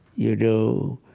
you know,